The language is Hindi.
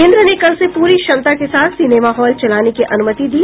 केन्द्र ने कल से पूरी क्षमता के साथ सिनेमा हॉल चलाने की अनुमति दी